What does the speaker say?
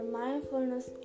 mindfulness